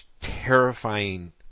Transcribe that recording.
terrifying